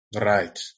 Right